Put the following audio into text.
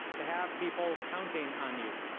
to have people counting on you